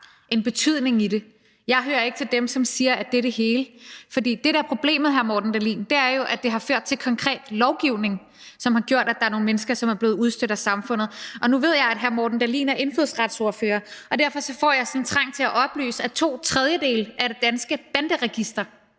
en betydning for det – jeg hører ikke til dem, der siger, at det er det hele. For det, der er problemet, hr. Morten Dahlin, er, at det jo har ført til konkret lovgivning, som har gjort, at der er nogle mennesker, der er blevet udstødt af samfundet. Og nu ved jeg, at hr. Morten Dahlin er indfødsretsordfører, og derfor får jeg sådan en trang til at oplyse, at to tredjedele af personerne i det danske banderegister